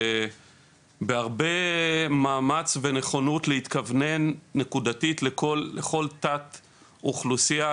ובהרבה מאמץ ונכונות להתכוונן נקודתית לכל תת אוכלוסייה,